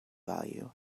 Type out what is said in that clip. value